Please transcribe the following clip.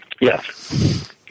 Yes